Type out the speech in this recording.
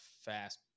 fast